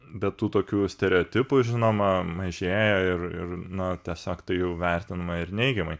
bet tų tokių stereotipų žinoma mažėja ir ir na tiesiog tai jau vertinama ir neigiamai